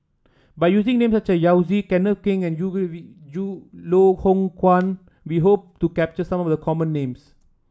by using name such as Yao Zi Kenneth Keng and Loh Hoong Kwan we hope to capture some of the common names